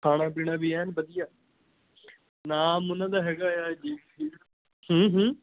ਖਾਣਾ ਪੀਣਾ ਵੀ ਐਨ ਵਧੀਆ ਨਾਮ ਉਹਨਾਂ ਦਾ ਹੈਗਾ ਆ ਹਮ ਹਮ